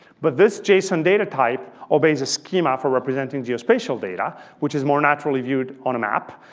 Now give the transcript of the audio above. but this json data type obeys a schema for representing geospatial data which is more naturally viewed on a map.